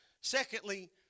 Secondly